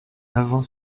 avant